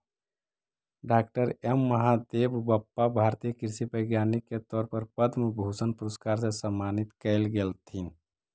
डॉ M Mahadevappa भारतीय कृषि वैज्ञानिक के तौर पर पद्म भूषण पुरस्कार से सम्मानित कएल गेलथीन